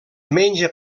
menja